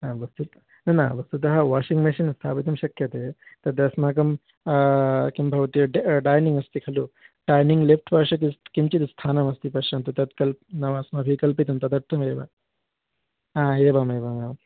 हा वस्तु न न वस्तुतः वाशिङ्ग् मशिन् स्थापयितुं शक्यते तद् अस्माकं किं भवति ड डैनिङ्ग् अस्ति खलु डैनिङ्ग् लेफ़्ट् पार्श्वे किञ्चित् स्थानमस्ति पश्यन्तु तत्कल् नाम अस्माभिः कल्पितं तदर्थमेव हा एवमेवमेवं